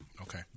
Okay